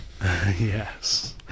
Yes